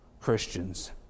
Christians